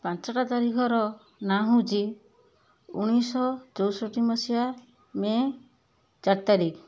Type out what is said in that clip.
ପାଞ୍ଚଟା ତାରିଖର ନାଁ ହଉଛି ଉଣେଇଶିଶହ ଚଉଷଠି ମସିହା ମେ ଚାରି ତାରିଖ